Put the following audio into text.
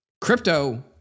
Crypto